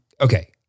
okay